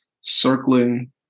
circling